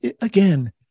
again